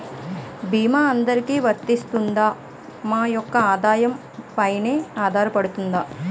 భీమా అందరికీ వరిస్తుందా? మా యెక్క ఆదాయం పెన ఆధారపడుతుందా?